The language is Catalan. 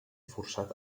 forçat